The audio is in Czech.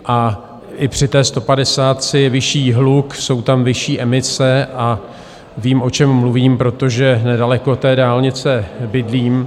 A i při té stopadesátce je vyšší hluk, jsou tam vyšší emise, a vím, o čem mluvím, protože nedaleko dálnice bydlím.